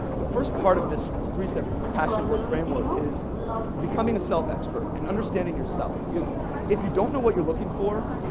the first part of this three-step passionate work framework is becoming a self-expert and understanding yourself, because if you don't know what you're looking for,